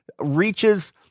reaches